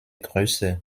größe